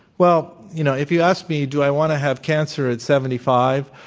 well, you know, if you ask me do i want to have cancer at seventy five?